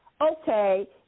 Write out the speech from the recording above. Okay